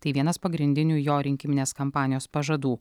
tai vienas pagrindinių jo rinkiminės kampanijos pažadų